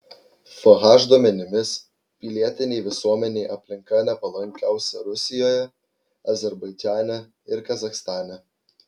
fh duomenimis pilietinei visuomenei aplinka nepalankiausia rusijoje azerbaidžane ir kazachstane